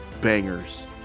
bangers